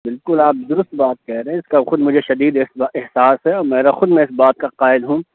بالکل آپ دُرست بات کہہ رہے ہیں اِس کا خود مجھے شدید احساس ہے اور میرا خود میں اِس بات کا قائل ہوں